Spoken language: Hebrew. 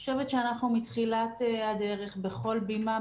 אני חושבת שאנחנו מתחילת הדרך בכל בימה,